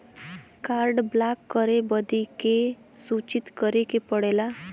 Card block करे बदी के के सूचित करें के पड़ेला?